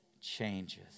changes